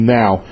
now